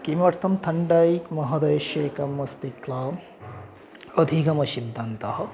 किमर्थं थण्डैक् महोदयस्यमेकम् अस्ति किल अधिगमसिद्धान्तः